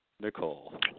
Nicole